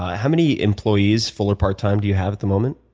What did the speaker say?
how many employees, full or part time do you have at the moment?